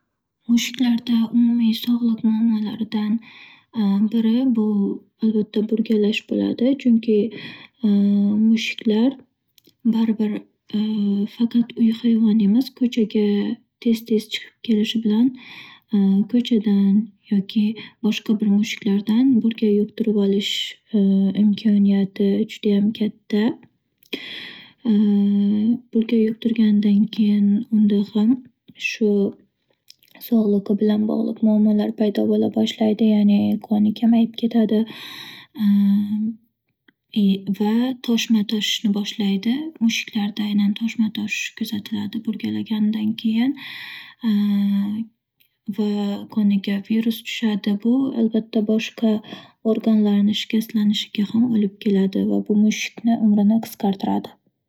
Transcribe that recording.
Mushuklarda umumiy sog'liq muammolaridan biri bu albatta burgalash bo'ladi. Chunki mushuklar barbir faqat uy hayvoni emas, ko'chaga tez-tez chiqib kelishi bilan ko'chadan yoki boshqa bir mushuklardan burga yuqtirib olish imkoniyati judayam katta. Burga yuqtirganidan keyin unda ham shu sog'liqi bilan bog'liq muammolar paydo bo'la boshlaydi, ya'ni qoni kamayib ketadi i va toshma toshishni boshlaydi. Mushuklarda aynan toshma toshishi kuzatiladi burgalaganidan keyin va qoniga virus tushadi. Bu albatta boshqa organlarini shikastlanishiga ham olib keladi va bu mushukni umrini qisqartiradi.